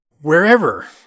Wherever